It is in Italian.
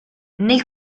nel